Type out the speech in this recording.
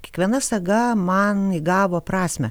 kiekviena saga man įgavo prasmę